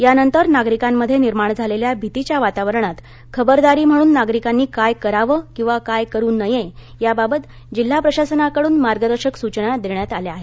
त्यानंतर नागरिकांमध्ये निर्माण झालेल्या भीतीच्या वातावरणात खबरदारी म्हणून नागरिकांनी काय करावं किंवा काय करू नये याबाबत जिल्हा प्रशासनाकडून मार्गदर्शक सुचना देण्यात आल्या आहेत